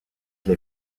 les